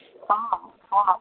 हँ हँ